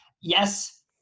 yes